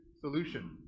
solution